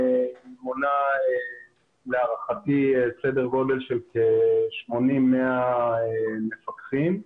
להערכתי סדר גודל של כ-100-80 מפקחים.